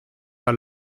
are